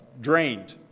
drained